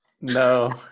No